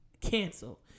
cancel